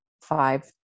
five